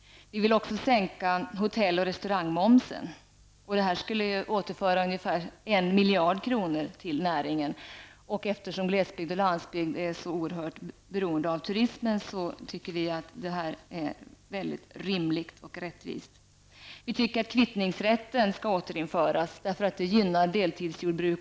Vi vill också sänka hotell och restaurangmomsen. Detta skulle återföra ungefär 1 miljard kronor till näringen. Eftersom glesbygd och landsbygd är så oerhört beroende av turismen, tycker vi att detta är mycket rimligt och rättvist. Vi tycker också att kvittningsrätten skall återinföras, eftersom den gynnar deltidsjordbruk.